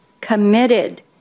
committed